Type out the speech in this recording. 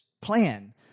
plan